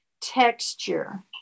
texture